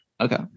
Okay